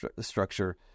structure